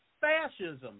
Fascism